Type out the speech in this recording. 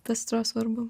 tas atrodo svarbu